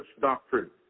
doctrine